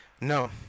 No